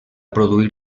produir